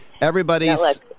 everybody's